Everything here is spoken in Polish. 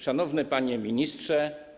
Szanowny Panie Ministrze!